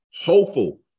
hopeful